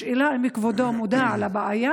השאלה היא אם כבודו מודע לבעיה,